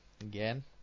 again